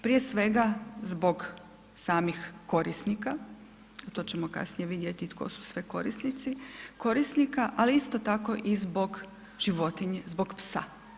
Prije svega zbog samih korisnika, a to ćemo kasnije vidjeti tko su sve korisnici, korisnika ali isto tako i zbog životinje zbog psa.